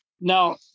Now